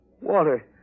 water